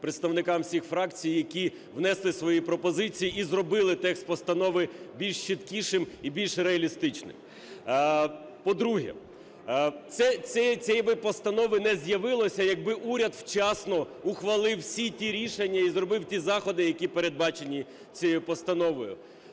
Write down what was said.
представникам всіх фракцій, які внесли свої пропозиції і зробили текст постанови більш чіткішим і більш реалістичним. По-друге, цієї би постанови не з'явилося, якби уряд вчасно ухвалив всі ті рішення і зробив ті заходи, які передбачені цією постановою.